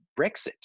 Brexit